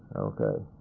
okay.